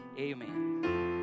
amen